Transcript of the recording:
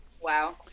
Wow